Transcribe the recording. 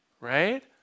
Right